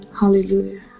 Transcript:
Hallelujah